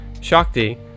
Shakti